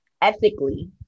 ethically